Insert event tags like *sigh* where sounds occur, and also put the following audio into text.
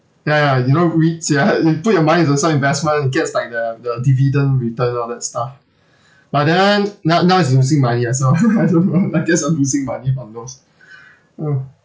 ya ya you know REITs ya *laughs* you put your money into some investment it gets like the the dividend return all that stuff but then no~ now is losing money ah so *laughs* I don't know like guess I'm losing money on those *breath* *noise*